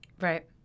Right